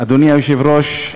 אדוני היושב-ראש,